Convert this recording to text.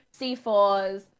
C4s